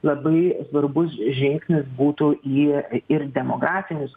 labai svarbus žingsnis būtų jį ir demografinis